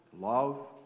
love